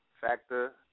Factor